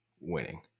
Winning